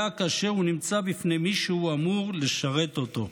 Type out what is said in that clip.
כאשר הוא נמצא בפני מי שהוא אמור לשרת אותו.